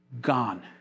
gone